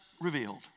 revealed